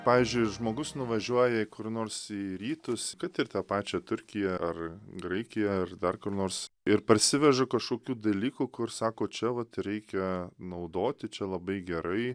pavyzdžiui žmogus nuvažiuoja kur nors į rytus kad ir tą pačią turkiją ar graikiją ar dar kur nors ir parsiveža kažkokių dalykų kur sako čia vat reikia naudoti čia labai gerai